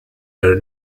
her